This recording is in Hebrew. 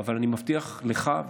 אבל אני מבטיח לך,